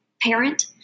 parent